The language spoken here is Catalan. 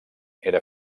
era